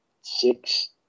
six